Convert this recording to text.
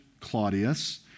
Claudius